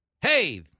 Hey